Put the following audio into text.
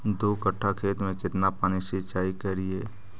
दू कट्ठा खेत में केतना पानी सीचाई करिए?